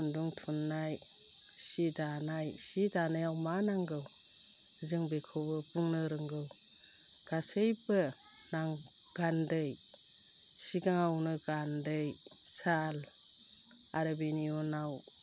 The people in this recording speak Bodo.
खन्दुं थुननाय सि दानाय सि दानायाव मा नांगौ जों बेखौबो बुंनो रोंगौ गासैबो नां गान्दै सिगाङावनो गान्दै साल आरो बिनि उनाव